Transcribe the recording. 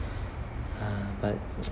uh but